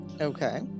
Okay